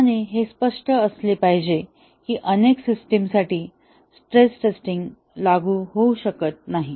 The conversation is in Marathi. आणि हे स्पष्ट असले पाहिजे की अनेक सिस्टिम्स साठी स्ट्रेस टेस्टिंग लागू होऊ शकत नाही